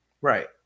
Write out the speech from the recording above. Right